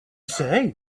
say